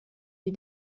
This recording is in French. les